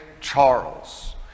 Charles